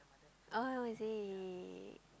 oh is it